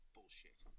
Bullshit